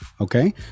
Okay